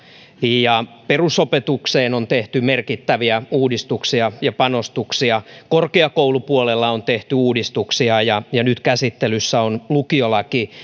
perusopetukseen on tehty merkittäviä uudistuksia ja panostuksia korkeakoulupuolella on tehty uudistuksia ja ja nyt käsittelyssä on lukiolaki